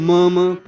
Mama